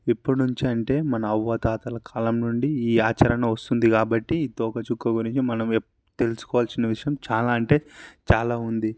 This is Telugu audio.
ఎప్పుడు నుంచి అంటే మన అవ్వా తాతల కాలం నుండి ఈ ఆచరణ వస్తుంది కాబట్టి ఈ తోకచుక్క గురించి మనం తెలుసుకోవాల్సిన విషయం చాలా అంటే చాలా ఉంది